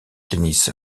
tennis